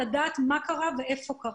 נוכל לדעת מה קרה ואיפה קרה.